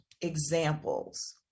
examples